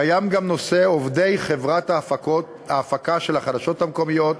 קיים גם נושא עובדי חברת ההפקה של החדשות המקומיות,